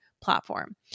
platform